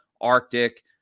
Arctic